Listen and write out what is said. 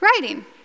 writing